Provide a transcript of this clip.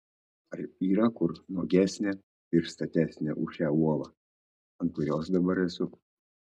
ar yra kur nuogesnė ir statesnė už šią uolą ant kurios dabar esu